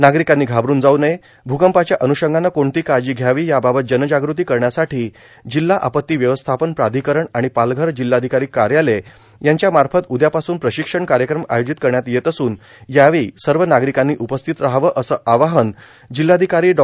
नार्गारकांनी घाबरून जाऊ नये भूकंपाच्या अन्षंगानं कोणती काळजी घ्यावी याबाबत जनजागृती करण्यासाठी जिल्हा आपत्ती व्यवस्थापन प्रार्धकरण आर्गण पालघर जिल्हाधिकारी कायालय यांच्यामाफत उदयापासून प्रांशक्षण कायक्रम आयोजित करण्यात येत असून यावेळी सव नागरांकांनी उपस्थित रहावं असं आवाहन जिल्हाधिकारां डॉ